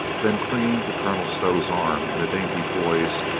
then, clinging to colonel stow's arm in a dainty poise,